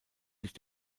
sich